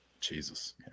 Jesus